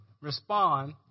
respond